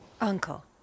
Uncle